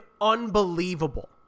unbelievable